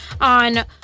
on